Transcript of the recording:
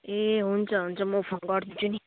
ए हुन्छ हुन्छ म फोन गरिदिन्छु नि